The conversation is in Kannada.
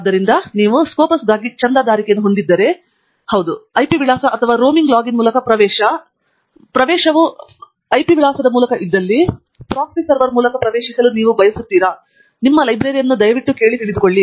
ಆದ್ದರಿಂದ ನೀವು ಸ್ಕೋಪಸ್ಗಾಗಿ ಚಂದಾದಾರಿಕೆಯನ್ನು ಹೊಂದಿದ್ದರೆ ಮತ್ತು ಹೌದು ಐಪಿ ವಿಳಾಸ ಅಥವಾ ರೋಮಿಂಗ್ ಲಾಗಿನ್ ಮೂಲಕ ಪ್ರವೇಶ ಮತ್ತು ಪ್ರವೇಶವು ಐಪಿ ವಿಳಾಸದ ಮೂಲಕ ಇದ್ದಲ್ಲಿ ಪ್ರಾಕ್ಸಿ ಮೂಲಕ ಪ್ರವೇಶಿಸಲು ನೀವು ಬಯಸುತ್ತೀರಾ ಮತ್ತು ನಿಮ್ಮ ಲೈಬ್ರರಿಯನ್ ಅನ್ನು ದಯವಿಟ್ಟು ಕೇಳಿಕೊಳ್ಳಿ